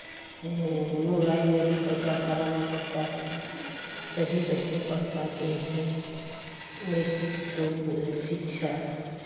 mobile में भी पैसा भराना पड़ता है तभी बच्चे पढ़ पाते हैं ऐसी तो शिक्षा